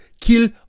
Kill